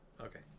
Okay